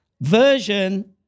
version